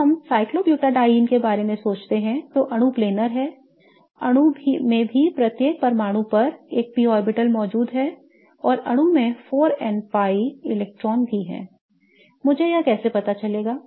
अगर हम cyclobutadiene के बारे में सोचते हैं तो अणु planar है अणु में भी प्रत्येक परमाणु पर एक p ऑर्बिटल्स मौजूद है और अणु में 4n pi इलेक्ट्रॉन भी हैं मुझे यह कैसे पता चलेगा